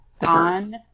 On